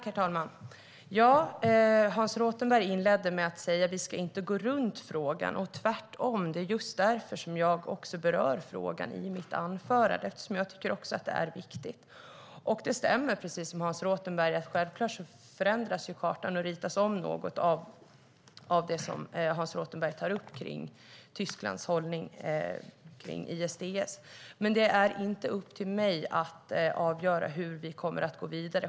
Herr talman! Hans Rothenberg sa att vi inte ska gå runt frågan. Nej, tvärtom, och det är just därför jag berörde frågan i mitt anförande. Jag tycker också att den är viktig. Det stämmer att kartan självklart förändras och ritas om något av det Hans Rothenberg tar upp om Tysklands hållning i frågan om ISDS. Det är dock inte upp till mig att avgöra hur vi ska gå vidare.